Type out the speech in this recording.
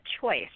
choice